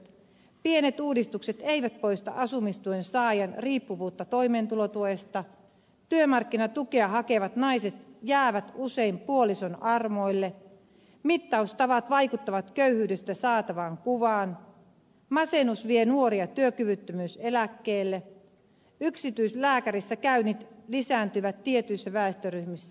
pienet uudistukset eivät poista asumistuen saajan riippuvuutta toimeentulotuesta työmarkkinatukea hakevat naiset jäävät usein puolison armoille mittaustavat vaikuttavat köyhyydestä saatavaan kuvaan masennus vie nuoria työkyvyttömyyseläkkeelle yksityislääkärissäkäynnit lisääntyivät tietyissä väestöryhmissä